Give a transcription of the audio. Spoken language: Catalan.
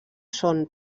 són